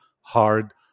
hard